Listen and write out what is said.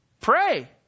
pray